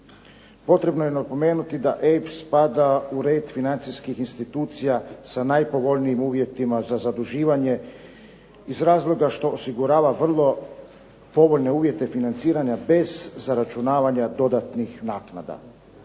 Potrebno je napomenuti da EIB spada u red financijskih institucija sa najpovoljnijim uvjetima za zaduživanje iz razloga što osigurava vrlo povoljne uvjete financiranja bez zaračunavanja dodatnih naknada.